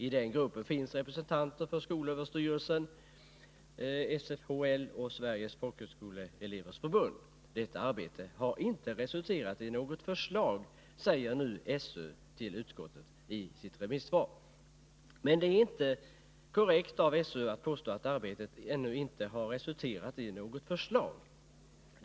I den gruppen finns representanter för skolöverstyrelsen, SFHL och Sveriges folkhögskoleelevers förbund. Detta arbete har inte resulterat i något förslag, säger nu SÖ till utskottet i sitt Nr 28 remissvar. - Onsdagen den Det är inte korrekt av SÖ att påstå att arbetet ännu inte har resulterat i 19 november 1980 något förslag.